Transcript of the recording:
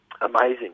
amazing